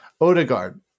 Odegaard